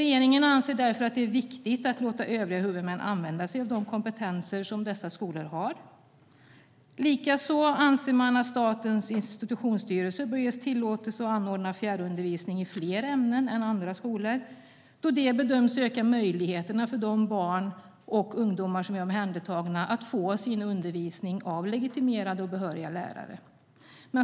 Regeringen anser därför att det är viktigt att låta övriga huvudmän använda sig av de kompetenser som dessa skolor har. Likaså anser man att Statens institutionsstyrelse bör ges tillåtelse att anordna fjärrundervisning i fler ämnen än andra skolor, då det bedöms öka möjligheterna för de barn och ungdomar som är omhändertagna att få sin undervisning av legitimerade och behöriga lärare.